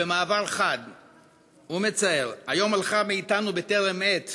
ובמעבר חד ומצער, היום הלכה מאתנו בטרם עת